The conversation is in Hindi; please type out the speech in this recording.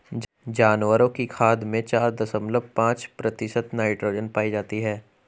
जानवरों की खाद में चार दशमलव पांच प्रतिशत नाइट्रोजन पाई जाती है